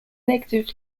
negative